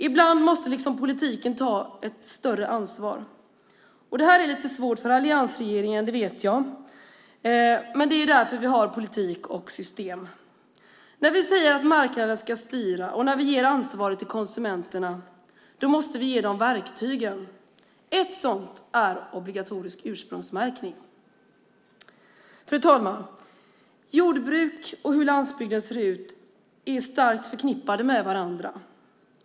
Ibland måste politiken ta ett större ansvar. Detta är lite svårt för alliansregeringen - det vet jag - men det är därför vi har politik och system. När vi säger att marknaden ska styra och ger ansvaret till konsumenterna måste vi också ge dem verktygen. Ett sådant är obligatorisk ursprungsmärkning. Fru talman! Jordbruk och hur landsbygden ser ut är starkt förknippade med varandra.